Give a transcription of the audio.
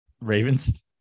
Ravens